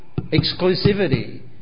exclusivity